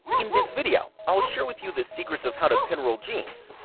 in this video, i'll share with you the secrets of how to pinroll jeans.